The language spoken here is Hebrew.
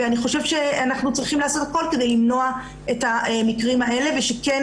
אני חושבת שאנחנו צריכים לעשות הכול כדי למנוע את המקרים האלה ושכן